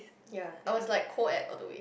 ya I was like co ed all the way